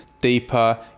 deeper